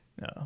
no